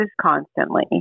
constantly